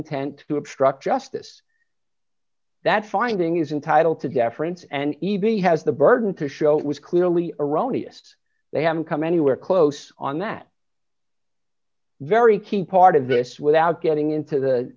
intent to obstruct justice that finding is entitled to deference and even he has the burden to show it was clearly erroneous they haven't come anywhere close on that very key part of this without getting into the